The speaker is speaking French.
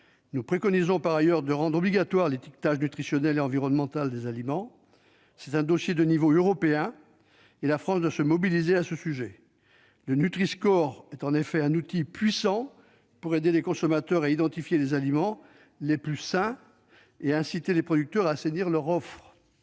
Nous préconisons par ailleurs de rendre obligatoire l'étiquetage nutritionnel et environnemental des aliments. C'est un dossier de niveau européen, et la France doit se mobiliser à ce sujet ! Le Nutriscore est en effet un outil puissant pour aider les consommateurs à identifier les aliments les plus sains et inciter les producteurs à assainir leur offre.